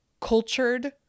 cultured